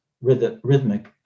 rhythmic